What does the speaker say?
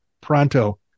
pronto